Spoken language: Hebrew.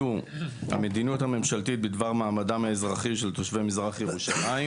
המדיניות הממשלתית בדבר מעמדם האזרחי של תושבי מזרח ירושלים